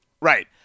Right